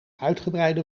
uitgebreide